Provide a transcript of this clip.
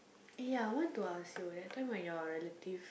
ya want to ask you that time when your relative